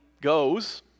goes